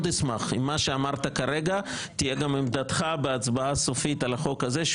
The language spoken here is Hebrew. אשמח אם מה שאמרת כרגע תהיה גם עמדתך בהצבעה הסופית על החוק הזה.